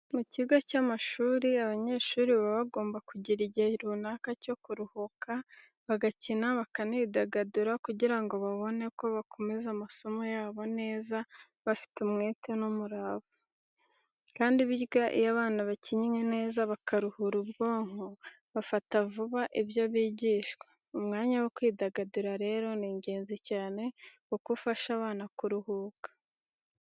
Mu kigo cy'amashuri, abanyeshuri baba bagomba kugira igihe runaka cyo kuruhuka bagakina bakanidagadura kugira ngo babone uko bakomeza amasomo yabo neza bafite umwete n'umurava. Kandi burya iyo abana bakinnye neza bakaruhura ubwonko bafata vuba ibyo bigishwa. Umwanya wo kwidagadura rero ni ingenzi cyane kuko ufasha abana kuruhuka.